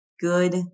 good